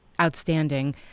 outstanding